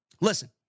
listen